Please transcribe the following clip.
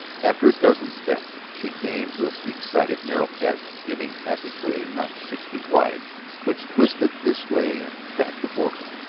after a dozen steps she came to a steep-sided, narrow chasm giving passageway not six feet wide which twisted this way and that before her.